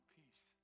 peace